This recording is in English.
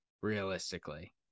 Realistically